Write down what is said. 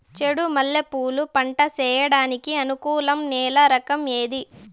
చెండు మల్లె పూలు పంట సేయడానికి అనుకూలం నేల రకం ఏది